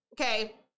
okay